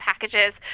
packages